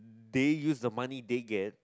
they use the money they get